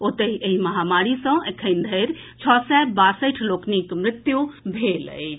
ओतहि एहि महामारी सँ एखन धरि छओ सय बासठि लोकनिक मृत्यु भेल अछि